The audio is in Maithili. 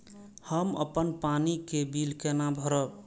हम अपन पानी के बिल केना भरब?